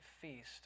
feast